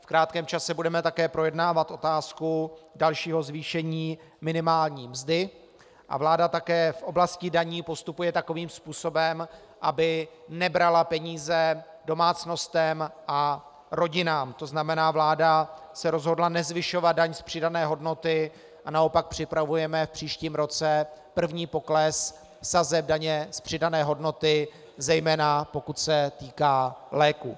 V krátkém čase budeme také projednávat otázku dalšího zvýšení minimální mzdy a vláda také v oblasti daní postupuje takovým způsobem, aby nebrala peníze domácnostem a rodinám, to znamená, vláda se rozhodla nezvyšovat daň z přidané hodnoty a naopak připravujeme v příštím roce první pokles sazeb daně z přidané hodnoty, zejména pokud se týká léků.